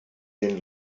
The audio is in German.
den